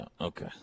Okay